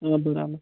اۭں برابر